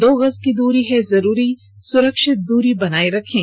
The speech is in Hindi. दो गज की दूरी है जरूरी सुरक्षित दूरी बनाए रखें